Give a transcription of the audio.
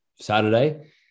Saturday